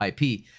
IP